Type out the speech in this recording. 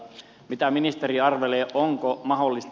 mitä ministeri arvelee onko mahdollista